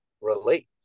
relate